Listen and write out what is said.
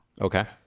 Okay